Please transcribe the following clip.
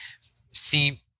see